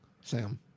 Sam